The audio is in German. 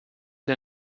der